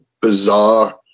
bizarre